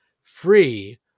free